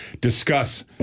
discuss